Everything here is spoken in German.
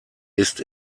ist